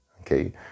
okay